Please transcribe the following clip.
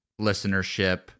listenership